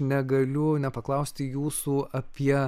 negaliu nepaklausti jūsų apie